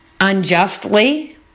unjustly